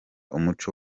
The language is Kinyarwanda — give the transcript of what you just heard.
umuco